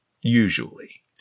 usually